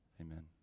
Amen